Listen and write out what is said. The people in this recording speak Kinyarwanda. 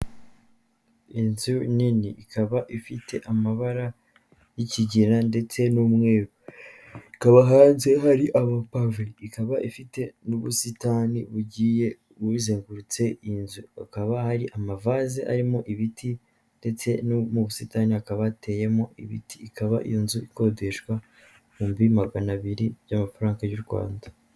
Inzu nini ikaba ifite amabara y'ikigina ndetse n'umweru, ikaba hanze hari amapave, ikaba ifite n'ubusitani bugiye buzengurutse inzu, hakaba hari amavaze arimo ibiti ndetse no mu busitani hakaba hateyemo ibiti, ikaba inzu ikodeshwa ibihumbi magana abiri by'amafaranga y'u Rwanda.